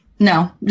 No